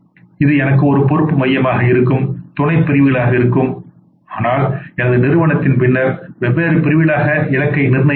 இது எனக்கு ஒரு பொறுப்பு மையமாக இருக்கும் துணைப் பிரிவுகளாக இருக்கும் ஆனால் எனது நிறுவனத்திற்கு பின்னர் வெவ்வேறு பிரிவுகளுக்கான இலக்கை நிர்ணயிப்பேன்